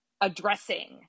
addressing